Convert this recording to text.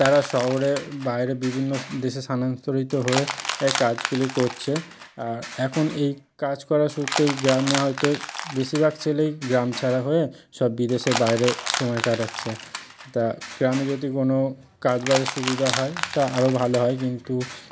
তারা শহরের বাইরে বিভিন্ন দেশে স্থানান্তরিত হয়ে কাজগুলি করছে আর এখন এই কাজ করার সূত্রে এই গ্রামে হয়তো বেশিভাগ ছেলেই গ্রাম ছাড়া হয়ে সব বিদেশে বাইরে সময় কাটাচ্ছে তা গ্রামে যদি কোনো কাজবাজের সুবিধা হয় তা আরও ভালো হয় কিন্তু